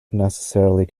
necessarily